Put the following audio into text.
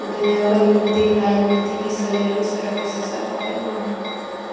ଦୟାକରି ମୋତେ ରାଇନୀତି ବିଷୟରେ ସର୍ବଶେଷ ଖବର କୁହ